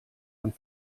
ein